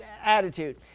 attitude